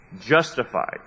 justified